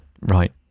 Right